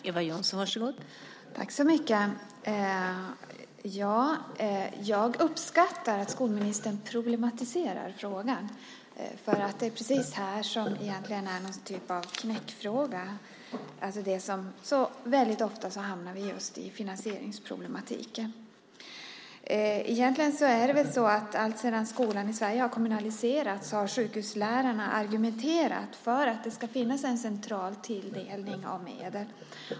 Fru talman! Jag uppskattar att skolministern problematiserar frågan, för detta är en typ av knäckfråga. Som så väldigt ofta hamnar vi i just finansieringsproblematiken. Alltsedan skolan i Sverige kommunaliserades har sjukhuslärarna argumenterat för att det ska finnas en central tilldelning av medel.